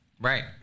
right